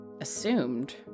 assumed